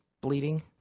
bleeding